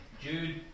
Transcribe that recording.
Jude